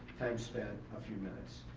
time spent, a few minutes.